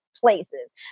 places